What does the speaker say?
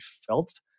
felt